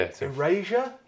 erasure